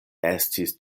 estis